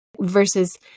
versus